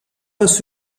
was